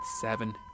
seven